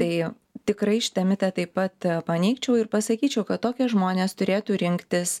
tai tikrai šitą mitą taip pat paneigčiau ir pasakyčiau kad tokie žmonės turėtų rinktis